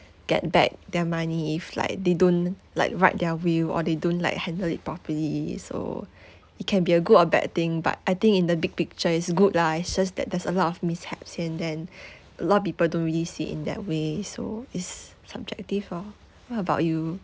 get back their money if like they don't like write their will or they don't like handle it properly so it can be a good or bad thing but I think in the big picture it's good lah it's just that there's a lot of mishaps and then a lot of people don't really see in that way so it's subjective ah what about you